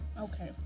Okay